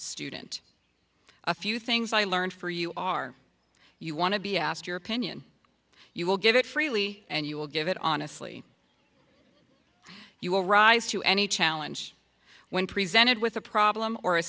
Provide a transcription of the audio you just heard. student a few things i learned for you are you want to be asked your opinion you will give it freely and you will give it honestly you will rise to any challenge when presented with a problem or a